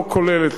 לא כוללת,